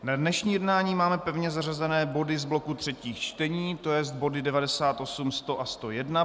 Na dnešní jednání máme pevně zařazené body z bloku třetích čtení, to je body 98, 100 a 101.